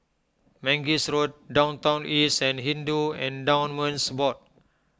Mangis Road Downtown East and Hindu Endowments Board